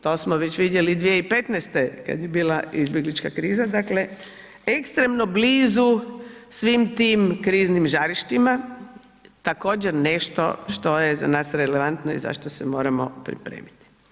To smo već vidjeli 2015. kada je bila izbjeglička kriza, dakle ekstremno blizu svim tim kriznim žarištima, također nešto što je za nas relevantno i za što se moramo pripremiti.